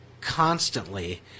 constantly